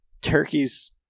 turkeys